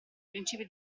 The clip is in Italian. principi